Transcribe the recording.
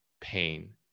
pain